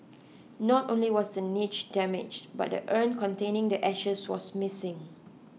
not only was the niche damaged but the urn containing the ashes was missing